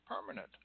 permanent